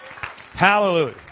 Hallelujah